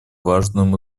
важным